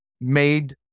made